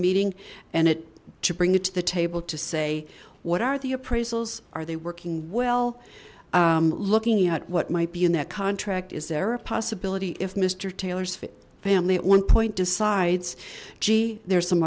meeting and it to bring it to the table to say what are the appraisals are they working well looking at what might be in that contract is there a possibility if mister taylor's family at one point decides gee there's some